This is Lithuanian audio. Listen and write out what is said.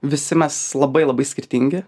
visi mes labai labai skirtingi